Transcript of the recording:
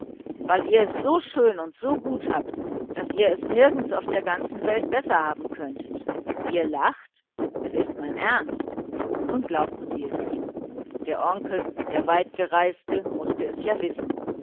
weil ihr es so schön und so gut habt daß ihr es nirgends auf der ganzen welt besser haben könnet ihr lacht es ist mein ernst nun glaubten sie es ihm der onkel der weitgereiste mußte es ja wissen